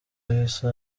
yahise